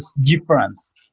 difference